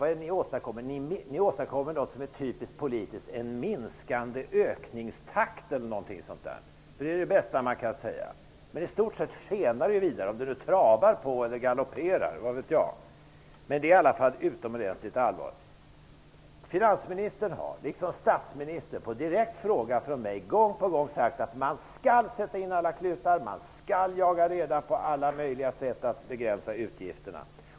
Det ni åstadkommer är något typiskt politiskt, en minskande ökningstakt eller något liknande. Det är det bästa man kan säga. Men i stort sett skenar den vidare, om den nu travar på eller galopperar, vad vet jag. Men läget är i alla fall utomordentligt allvarligt. Finansministern liksom statsministern har på en direkt fråga från mig gång på gång sagt att man skall sätta in alla klutar och jaga reda på alla möjliga sätt att begränsa utgifterna.